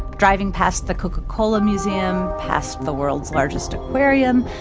driving past the coca-cola museum, past the world's largest aquarium,